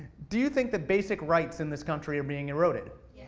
do you think that basic rights in this country are being eroded?